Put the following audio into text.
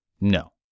No